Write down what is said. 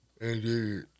Indeed